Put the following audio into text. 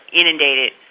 inundated